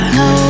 no